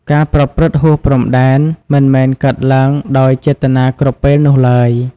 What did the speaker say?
ការប្រព្រឹត្តហួសព្រំដែនមិនមែនកើតឡើងដោយចេតនាគ្រប់ពេលនោះឡើយ។